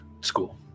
school